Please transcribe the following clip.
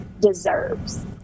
deserves